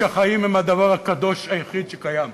שהחיים הם הדבר הקדוש היחיד שקיים,